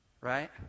right